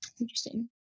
Interesting